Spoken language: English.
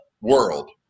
world